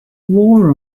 war